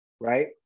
right